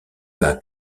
pas